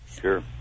Sure